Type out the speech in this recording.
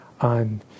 on